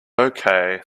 okay